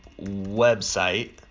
website